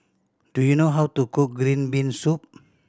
do you know how to cook green bean soup